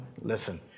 listen